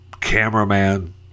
cameraman